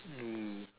mm